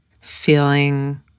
feeling